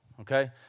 Okay